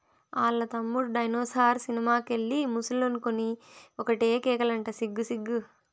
ఆల్ల తమ్ముడు dinosaur cinema కెళ్ళి ముసలనుకొని ఒకటే కేకలంట సిగ్గు సిగ్గు